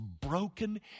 broken